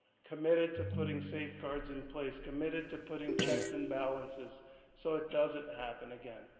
committed to putting safeguards in place. committed to putting checks and balances so it doesn't happen again.